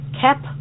Cap